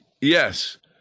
Yes